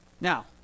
Now